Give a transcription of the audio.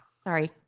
sorry,